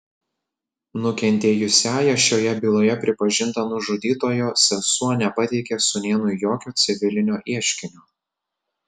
nukentėjusiąja šioje byloje pripažinta nužudytojo sesuo nepateikė sūnėnui jokio civilinio ieškinio